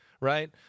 right